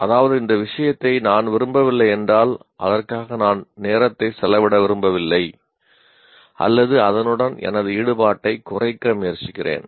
அதாவது இந்த விஷயத்தை நான் விரும்பவில்லை என்றால் அதற்காக நான் நேரத்தை செலவிட விரும்பவில்லை அல்லது அதனுடன் எனது ஈடுபாட்டைக் குறைக்க முயற்சிக்கிறேன்